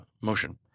motion